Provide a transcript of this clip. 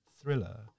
thriller